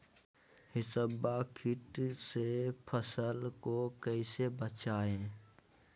हिसबा किट से फसल को कैसे बचाए?